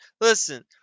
listen